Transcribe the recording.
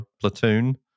Platoon